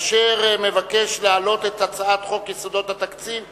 אשר מבקש להעלות את הצעת חוק יסודות התקציב (תיקון,